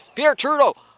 pierre trudeau,